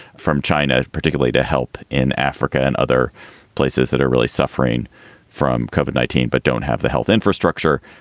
from china, particularly to help in africa and other places that are really suffering from cover nineteen but don't have the health infrastructure.